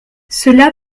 cela